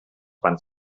van